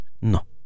no